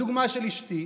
בדוגמה של אשתי,